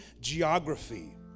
geography